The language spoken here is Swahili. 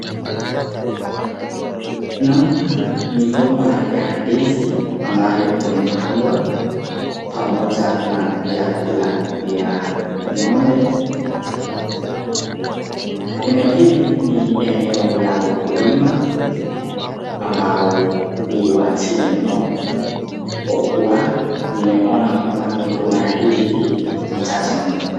Naona migomba ya ndizi ambayo imepandwa, pamoja na vyakula vya ng'ombe. Eneo hili ni eneo la wakulima ambao ni wa chini mno kwa kuwa nimeona kwamba migomba ya ndizi hii ni chache mno.